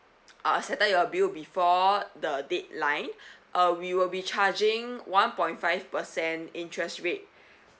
uh settle your bill before the deadline uh we will be charging one point five percent interest rate